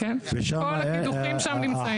כל הקידוחים נמצאים שם.